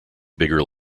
bigger